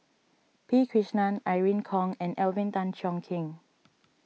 P Krishnan Irene Khong and Alvin Tan Cheong Kheng